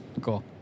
Cool